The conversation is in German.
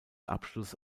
abschluss